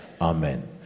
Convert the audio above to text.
Amen